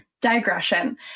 digression